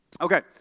Okay